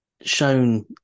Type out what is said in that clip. shown